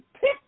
Pick